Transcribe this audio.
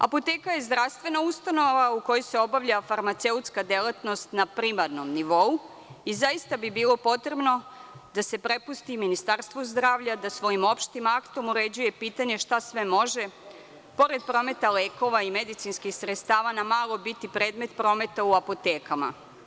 Apoteka je zdravstvena ustanova u kojoj se obavlja farmaceutska delatnost na primarnom nivou i zaista bi bilo potrebno da se prepusti Ministarstvu zdravlja da svojim opštim aktom uređuje pitanje šta sve može, pored prometa lekova i medicinskih sredstava na malo biti predmet prometa u apotekama.